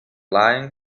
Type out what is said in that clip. lying